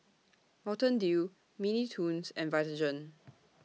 Mountain Dew Mini Toons and Vitagen